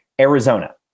Arizona